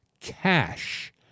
cash